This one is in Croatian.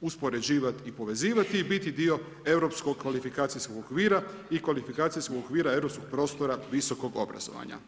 uspoređivati i povezivati i biti dio Europskog kvalifikacijskog okvira i kvalifikacijskog okvira europskog prostora visokog obrazovanja.